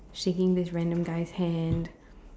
shaking this random guy's hand